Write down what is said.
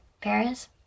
Paris